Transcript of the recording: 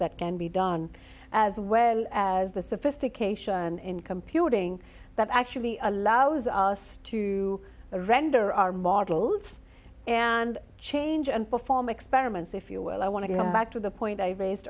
that can be done as well as the sophistication in computing that actually allows us to render our models and change and perform experiments if you will i want to go back to the point i raised